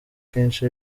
kenshi